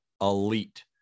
elite